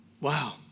Wow